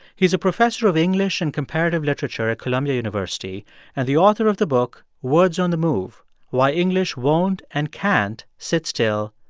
he's a professor of english and comparative literature at columbia university and the author of the book words on the move why english won't and can't sit still.